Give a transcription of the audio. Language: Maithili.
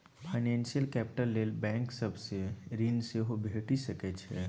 फाइनेंशियल कैपिटल लेल बैंक सब सँ ऋण सेहो भेटि सकै छै